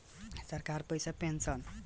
सरकार पइसा पेंशन ला इकट्ठा करा तिया